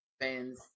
fans